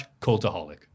cultaholic